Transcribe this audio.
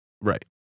Right